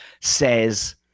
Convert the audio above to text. says